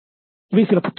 இவை சில புத்தகங்கள் ஆகும்